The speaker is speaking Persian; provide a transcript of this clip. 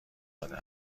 داده